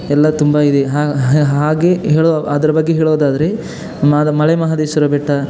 ಎಲ್ಲ ತುಂಬ ಇದೆ ಹಾಗೆ ಹೇಳು ಅದರ ಬಗ್ಗೆ ಹೇಳುವುದಾದರೆ ಮಾದ ಮಲೆಮಹದೇಶ್ವರ ಬೆಟ್ಟ